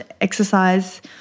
exercise